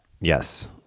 yes